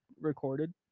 recorded